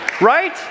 Right